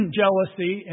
jealousy